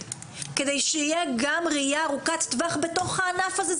כדי שתהיה ראייה ארוכת טווח בענף הזה,